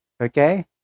okay